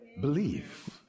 believe